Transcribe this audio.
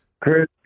Chris